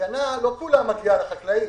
ההגנה לא כולה מגיעה לחקלאים.